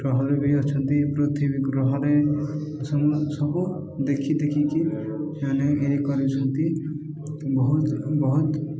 ଗ୍ରହରେ ବି ଅଛନ୍ତି ପୃଥିବୀ ଗ୍ରହରେ ସବୁ ଦେଖି ଦେଖିକି ସେମାନେ ଇଏ କରୁଛନ୍ତି ବହୁତ ବହୁତ